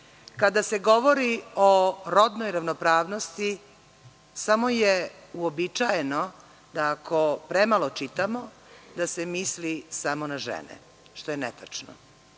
se govori o rodnoj ravnopravnosti samo je uobičajeno da ako premalo čitamo da se misli samo na žene, što je netačno.